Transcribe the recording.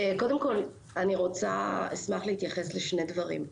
קודם כל, אני רוצה להתייחס לשני דברים.